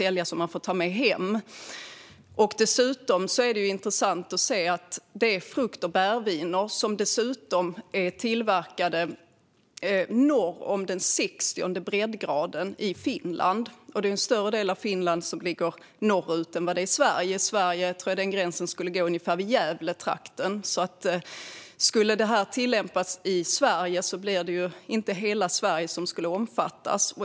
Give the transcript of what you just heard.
I Finland handlar det för övrigt om frukt och bärviner som är tillverkade norr om 60:e breddgraden, och en större del av Finland än av Sverige ligger norr om den. I Sverige skulle gränsen gå ungefär vid Gävle, så skulle detta tillämpas i Sverige skulle långt ifrån hela Sverige omfattas.